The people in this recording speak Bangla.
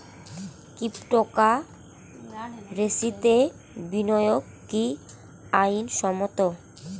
ক্রিপ্টোকারেন্সিতে বিনিয়োগ কি আইন সম্মত?